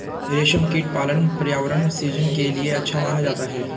रेशमकीट पालन पर्यावरण सृजन के लिए अच्छा माना जाता है